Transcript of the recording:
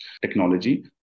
technology